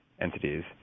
entities